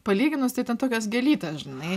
palyginus tai ten tokios gėlytės žinai